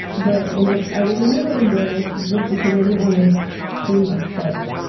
but you know i was a little embarrassed just because i didn't want to seem obsessed.